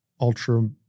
ultra